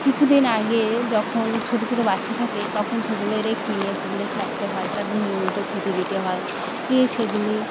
কিছু দিন আগে যখন ছোটো ছোটো বাচ্চা থাকে তখন সেগুলোরে কিনে পুকুরে ছাড়তে হয় তাদের নিয়মিত খেতে দিতে হয় দিয়ে সেগুলি